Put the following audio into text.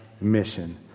mission